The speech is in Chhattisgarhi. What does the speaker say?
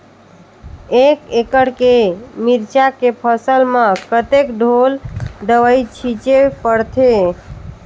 एक एकड़ के मिरचा के फसल म कतेक ढोल दवई छीचे पड़थे?